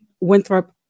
Winthrop